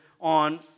on